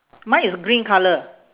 mine is green colour